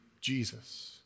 Jesus